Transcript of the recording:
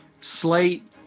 slate